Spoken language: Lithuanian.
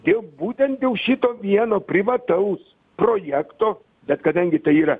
dėl būtent dėl šito vieno privataus projekto bet kadangi tai yra